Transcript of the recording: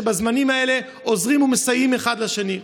שבזמנים האלה עוזרות ומסייעות אחד לשני.